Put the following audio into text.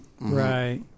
right